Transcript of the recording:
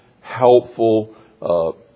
helpful